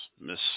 miss